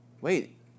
Wait